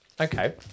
Okay